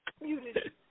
Muted